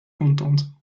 contente